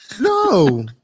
No